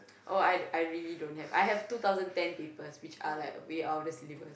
oh oh I really don't have I have two thousand ten which are way out of the syllabus